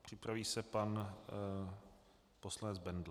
Připraví se pan poslanec Bendl.